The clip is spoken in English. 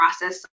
process